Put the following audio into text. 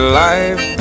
life